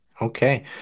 Okay